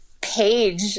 page